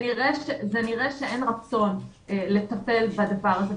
זה נראה שאין רצון לטפל בדבר הזה.